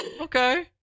Okay